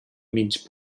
mig